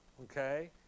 okay